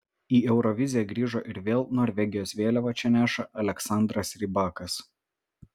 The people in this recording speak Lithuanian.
į euroviziją grįžo ir vėl norvegijos vėliavą čia neša aleksandras rybakas